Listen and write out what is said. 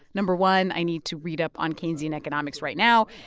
no. one, i need to read up on keynesian economics right now,